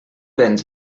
béns